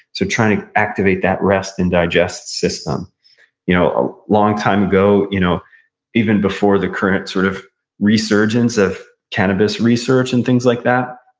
so trying to activate that rest and digest system you know a long time ago, you know even before the current sort of resurgence of cannabis research and things like that,